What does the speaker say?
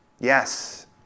Yes